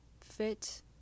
fit